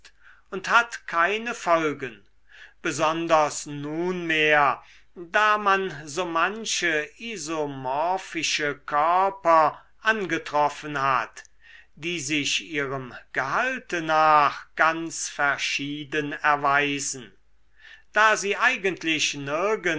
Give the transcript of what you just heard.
und hat keine folgen besonders nunmehr da man so manche isomorphische körper angetroffen hat die sich ihrem gehalte nach ganz verschieden erweisen da sie eigentlich